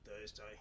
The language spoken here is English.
thursday